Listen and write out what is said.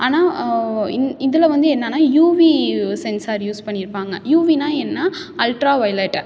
ஆனால் இந் இதில் வந்து என்னன்னா யூவி சென்சார் யூஸ் பண்ணியிருப்பாங்க யூவினால் என்ன அல்ட்ரா வொய்லெட்டு